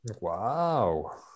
Wow